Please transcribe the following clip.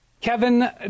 Kevin